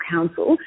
Council